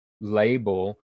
label